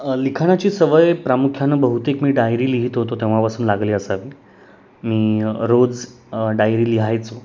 लिखाणाची सवय प्रामुख्यानं बहुतेक मी डायरी लिहीत होतो तेव्हापासून लागली असावी मी रोज डायरी लिहायचो